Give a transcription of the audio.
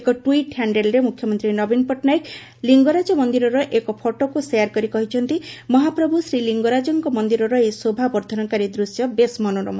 ଏକ ଟ୍ୱିଟ୍ ହ୍ୟାଣେଲ୍ରେ ମୁଖ୍ୟମନ୍ତୀ ନବୀନ ପଟ୍ଟନାୟକ ଲିଙ୍ଗରାଜ ମନ୍ଦିରର ଏକ ଫଟୋକୁ ଶେୟାର କରି କହିଛନ୍ତି ମହାପ୍ରଭୁ ଶ୍ରୀଲିଙ୍ଗରାଜଙ୍କ ମନ୍ଦିରର ଏହି ଶୋଭାବର୍ଦ୍ଧନକାରୀ ଦୂଶ୍ୟ ବେଶ୍ ମନୋରମ